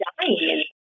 dying